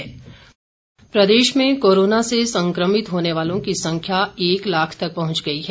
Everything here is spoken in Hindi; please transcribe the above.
हिमाचल कोरोना प्रदेश में कोरोना से संक्रमित होने वालों की संख्या एक लाख तक पहुंच गई है